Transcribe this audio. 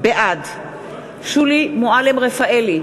בעד שולי מועלם-רפאלי,